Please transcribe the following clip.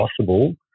possible